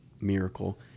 miracle